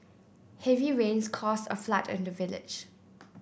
heavy rains caused a flood in the village